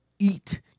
Eat